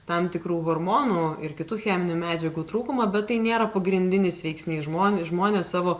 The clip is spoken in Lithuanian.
tam tikrų hormonų ir kitų cheminių medžiagų trūkumą bet tai nėra pagrindinis veiksnys žmon žmonės savo